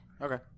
Okay